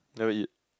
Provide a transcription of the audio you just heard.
never eat